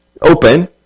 open